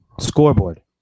Scoreboard